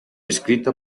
escrita